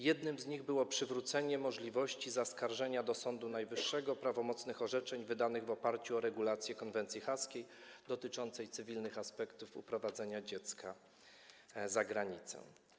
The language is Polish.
Jednym z nich było przywrócenie możliwości zaskarżania do Sądu Najwyższego prawomocnych orzeczeń wydanych w oparciu o regulacje konwencji haskiej dotyczącej cywilnych aspektów uprowadzenia dziecka za granicę.